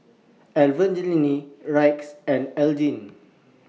Evangeline Rex and Elgie